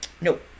Nope